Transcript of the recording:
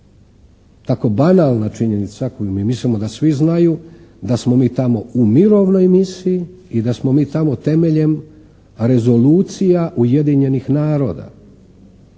tako banalna činjenica koju mi mislimo da svi znaju da smo mi tamo u mirovnoj misiji i da smo mi tamo temeljem rezolucija Ujedinjenih naroda.